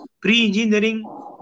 pre-engineering